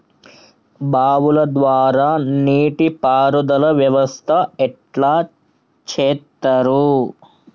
బావుల ద్వారా నీటి పారుదల వ్యవస్థ ఎట్లా చేత్తరు?